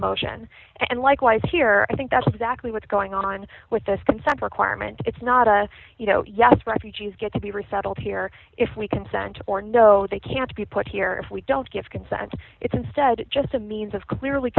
motion and likewise here i think that's exactly what's going on with this consent requirement it's not a you know yes refugees get to be resettled here if we consent or no they can't be put here if we don't give consent it's instead just a means of clearly